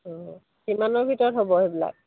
অঁ কিমানৰ ভিতৰত হ'ব সেইবিলাক